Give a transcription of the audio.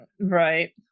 Right